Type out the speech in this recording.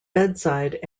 bedside